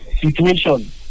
situation